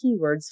keywords